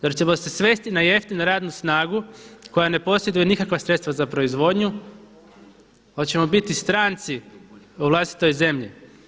Zar ćemo se svesti na jeftinu radnu snagu koja ne posjeduje nikakva sredstva za proizvodnju, hoćemo biti stranci u vlastitoj zemlji?